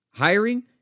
hiring